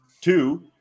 Two